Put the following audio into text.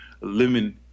limit